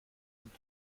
und